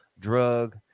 drug